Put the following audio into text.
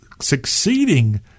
succeeding